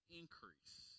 increase